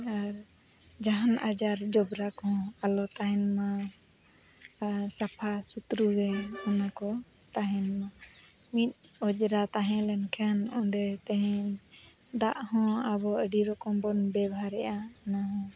ᱟᱨ ᱡᱟᱦᱟᱱ ᱟᱡᱟᱨ ᱡᱚᱵᱽᱨᱟ ᱠᱚᱦᱚᱸ ᱟᱞᱚ ᱛᱟᱦᱮᱱᱢᱟ ᱟᱨ ᱥᱟᱯᱷᱟ ᱥᱩᱛᱨᱟᱹᱜᱮ ᱚᱱᱟ ᱠᱚ ᱛᱟᱦᱮᱱ ᱢᱟ ᱢᱤᱫ ᱚᱡᱽᱨᱟ ᱛᱟᱦᱮᱸ ᱞᱮᱱᱠᱷᱟᱱ ᱚᱸᱰᱮ ᱛᱮᱦᱮᱧ ᱫᱟᱜ ᱦᱚᱸ ᱟᱵᱚ ᱟᱹᱰᱤ ᱨᱚᱠᱚᱢ ᱵᱚᱱ ᱵᱮᱵᱷᱟᱨᱮᱜᱼᱟ ᱚᱱᱟᱦᱚᱸ